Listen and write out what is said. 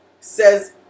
says